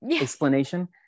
explanation